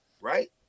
right